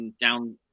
down